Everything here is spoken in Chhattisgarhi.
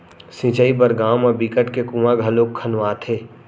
सिंचई बर गाँव म बिकट के कुँआ घलोक खनवाथे